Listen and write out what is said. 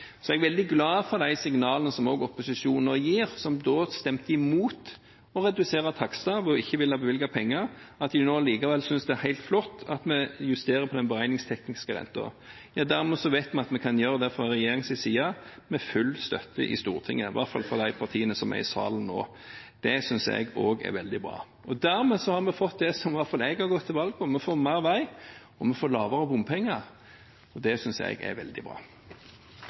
Så er jeg veldig glad for de signalene som også opposisjonen nå gir, som dog stemte imot å redusere takster og ikke ville bevilge penger, om at de allikevel nå synes det er helt flott at vi justerer den beregningstekniske renten. Dermed vet vi at vi kan gjøre det fra regjeringens side med full støtte i Stortinget, i hvert fall fra de partiene som er i salen nå. Det synes jeg også er veldig bra. Dermed har vi fått det som i hvert fall jeg har gått til valg på: Vi får mer vei, og vi får lavere bompenger, og det synes jeg er veldig bra.